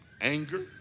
Anger